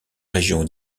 région